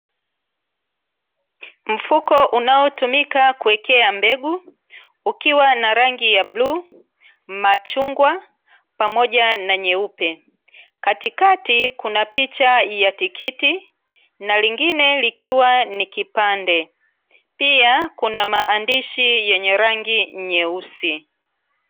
Mfuko unaotumika kuwekea mbegu ukiwa na rangi ya bluu, machungwa pamoja na nyeupe. Katikati kuna picha ya tikiti na lingine likiwa ni kipande, pia kuna maandishi yenye rangi nyeusi.